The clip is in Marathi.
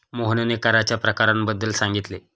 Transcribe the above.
मोहनने कराच्या प्रकारांबद्दल सांगितले